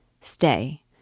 Stay